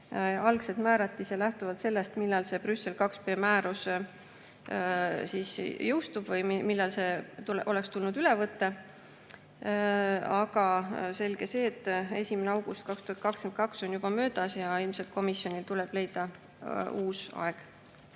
Algselt määrati see lähtuvalt sellest, millal see Brüssel IIb määrus jõustub või millal see oleks tulnud üle võtta. Aga selge see, et 1. august 2022 on juba möödas ja ilmselt tuleb komisjonil leida uus aeg